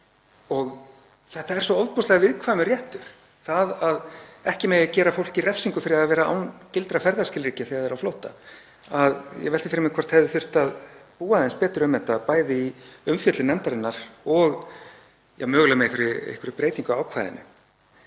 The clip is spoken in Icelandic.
Þetta er svo ofboðslega viðkvæmur réttur, að ekki megi gera fólki refsingu fyrir að vera án gildra ferðaskilríkja þegar það er á flótta, að ég velti fyrir mér hvort það hefði þurft að búa aðeins betur um þetta, bæði í umfjöllun nefndarinnar og mögulega með einhverri breytingu á ákvæðinu.